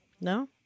No